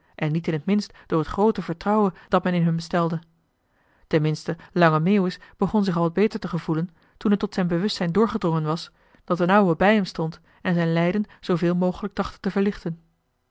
en niet in het minst door het groote vertrouwen dat men in hem stelde ten minste lange meeuwis begon zich al wat beter te gevoelen toen het tot zijn bewustzijn doorgedrongen was dat d'n ouwe bij hem stond en zijn lijden zooveel mogelijk trachtte te verlichten